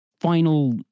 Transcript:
final